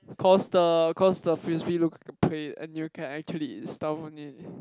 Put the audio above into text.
cause the cause the frisbee look like a plate and you can actually eat stuff on it